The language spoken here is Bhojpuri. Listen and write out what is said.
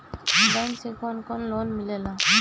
बैंक से कौन कौन लोन मिलेला?